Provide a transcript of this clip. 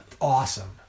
awesome